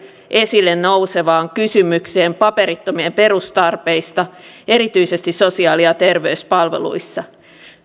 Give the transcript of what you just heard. esille nousevaan kysymykseen paperittomien perustarpeista erityisesti sosiaali ja terveyspalveluissa